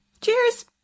Cheers